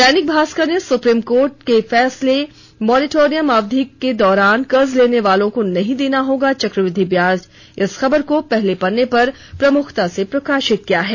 दैनिक भास्कर ने supreme court के फैसले मोरेटोरियम अवधि के दौरान कर्ज लेने वालों को नहीं देना होगा चक्रवृद्धि व्याज खबर को पहले पन्ने पर प्रमुखता से प्रकाशित किया है